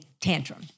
tantrum